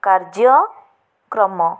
କାର୍ଯ୍ୟକ୍ରମ